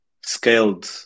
scaled